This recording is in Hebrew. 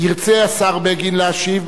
ירצה השר בגין להשיב,